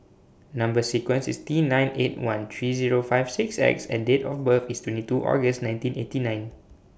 Number sequence IS T nine eight one three Zero five six X and Date of birth IS twenty two August nineteen eighty nine